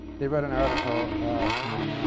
they wrote an article in